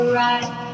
right